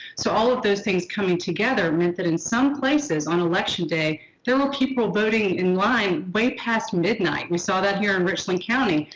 so all of those things coming together meant that in some places on election day there were people voting in line, late past midnight. we saw that here in richmond county.